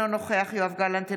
אינו נוכחת יואב גלנט,